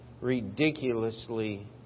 ridiculously